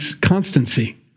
constancy